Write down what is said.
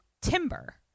timber